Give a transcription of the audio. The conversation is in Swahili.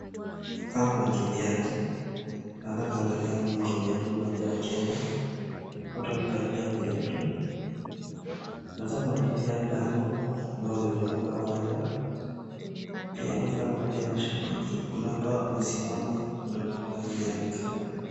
Hawa ni wakimbiaji , naweza kuangalia mkimbiaji moja wa kenya, kutomvalia viatu, naweza kuangalia bango ambao umezunguka uwanja, pia naweza kuangalia mashabiki. Kuna ambao wamesimama na kuangalia mitaa.